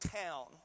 town